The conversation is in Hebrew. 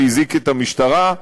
והזעיק את המשטרה.